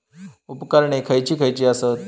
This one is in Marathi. उपकरणे खैयची खैयची आसत?